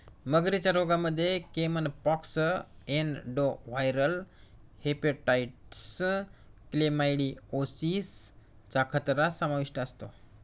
मगरींच्या रोगांमध्ये caiman pox, adenoviral hepatitis, chlamydiosis चा खतरा समाविष्ट असतो